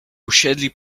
usiedli